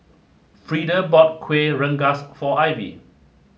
Freeda bought Kueh Rengas for Lvy